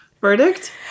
Verdict